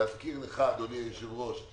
להזכיר לך אדוני היושב ראש,